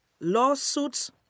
lawsuits